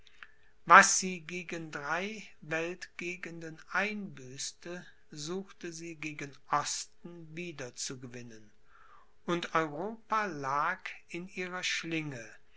was sie gegen drei weltgegenden einbüßte suchte sie gegen osten wieder zu gewinnen und europa lag in ihrer schlinge